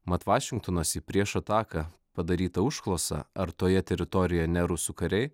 mat vašingtonas į prieš ataką padarytą užklausą ar toje teritorijoje ne rusų kariai